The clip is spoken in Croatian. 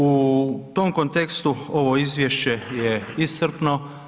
U tom kontekstu ovu izvješće je iscrpno.